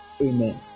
Amen